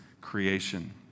creation